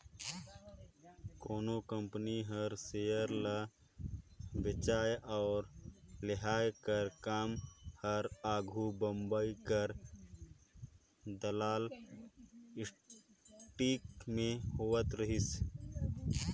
कोनो कंपनी कर सेयर ल बेंचई अउ लेहई कर काम हर आघु बंबई कर दलाल स्टीक में होवत रहिस